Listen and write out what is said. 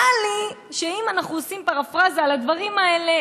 נראה לי שאם אנחנו עושים פרפרזה על הדברים האלה,